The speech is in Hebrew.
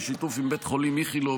בשיתוף עם בית חולים איכילוב,